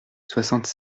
soixante